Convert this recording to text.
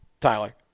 Tyler